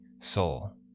soul